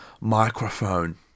microphone